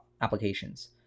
applications